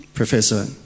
Professor